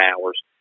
hours